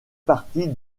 partie